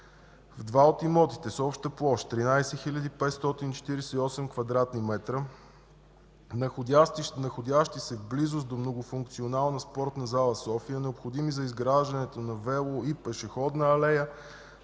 В два от имотите, с обща площ 13 548 квадратни метра, находящи се в близост до многофункционална спортна зала в София, необходими за изграждането на вело- и пешеходна алея